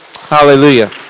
hallelujah